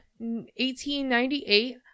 1898